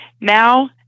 Now